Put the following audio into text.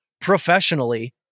professionally